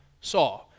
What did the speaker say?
saw